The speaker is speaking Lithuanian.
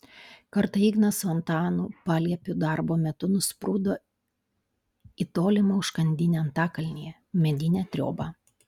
kartą ignas su antanu paliepiu darbo metu nusprūdo į tolimą užkandinę antakalnyje medinę triobą